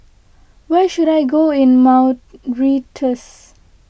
where should I go in Mauritius